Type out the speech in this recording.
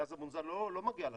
הגז המונזל לא מגיע לקרן,